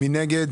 מי נגד?